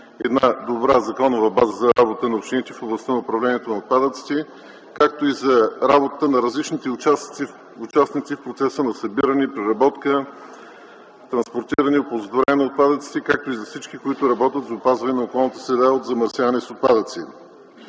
една добра законова база за работа на общините в областта на управлението на отпадъците, както и за работата на различните участници в процеса на събиране, преработка, транспортиране и оползотворяване на отпадъците, както и за всички, които работят за опазване на околната среда от замърсяване с отпадъци.